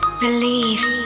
believe